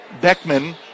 Beckman